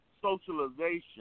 socialization